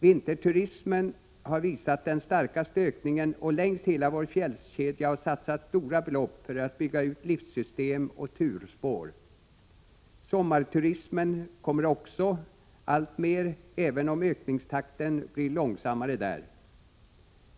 Vinterturismen har visat den starkaste ökningen, och längs hela vår fjällkedja har satsats stora belopp för att bygga ut liftsystem och turspår. Sommarturismen kommer också alltmer, även om ökningstakten blir långsammare där.